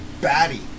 batty